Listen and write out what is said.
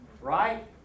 right